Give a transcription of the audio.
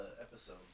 episode